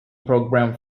program